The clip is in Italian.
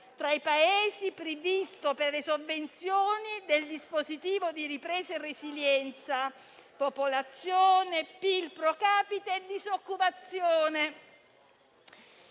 tra i Paesi previsto per le sovvenzioni dal Dispositivo di ripresa e resilienza (popolazione, PIL *pro capite* e tasso di disoccupazione)».